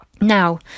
Now